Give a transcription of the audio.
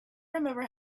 remember